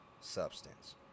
substance